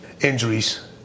injuries